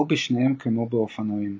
או בשניהם כמו באופנועים.